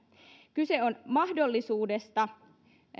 kyse on mahdollisuudesta